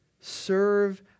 serve